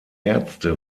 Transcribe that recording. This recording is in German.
ärzte